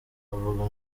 avuga